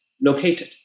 located